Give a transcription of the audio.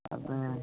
ಅದೇ